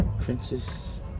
Princess